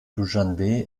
duschanbe